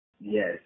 Yes